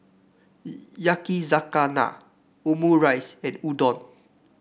Yakizakana Omurice and Udon